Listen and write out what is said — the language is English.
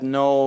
no